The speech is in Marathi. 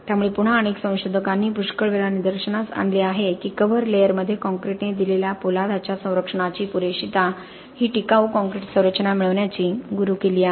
त्यामुळे पुन्हा अनेक संशोधकांनी पुष्कळ वेळा निदर्शनास आणले आहे की कव्हर लेयरमध्ये कॉंक्रिटने दिलेल्या पोलादाच्या संरक्षणाची पुरेशीता ही टिकाऊ काँक्रीट संरचना मिळवण्याची गुरुकिल्ली आहे